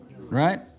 Right